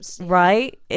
Right